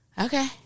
okay